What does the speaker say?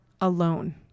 alone